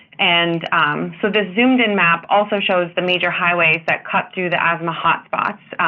and so this zoomed-in map also shows the major highways that cut through the asthma hotspots,